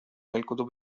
الكتب